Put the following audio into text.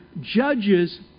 judges